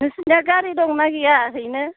नोंसिनिया गारि दंना गैया हैनो